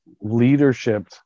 leadership